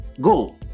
go